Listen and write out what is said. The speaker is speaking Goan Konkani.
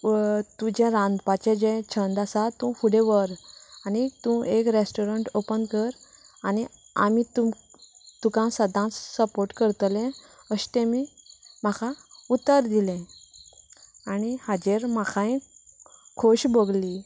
तुजे रांदपाचें जे छंद आसा तूं फुडें व्हर आनी तूं एक रेस्टोरंट ओपन कर आनी आमी तुम तुका सदांच सपाॅर्ट करतलें अशें तेमी म्हाका उतर दिलें आनी हाजेर म्हाकांय खोस भोगली